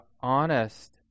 honest